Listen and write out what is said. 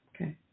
okay